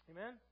Amen